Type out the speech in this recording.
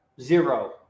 Zero